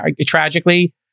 tragically